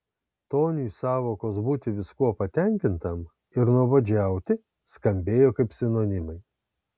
toniui sąvokos būti viskuo patenkintam ir nuobodžiauti skambėjo kaip sinonimai